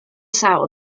sour